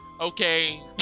Okay